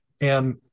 And-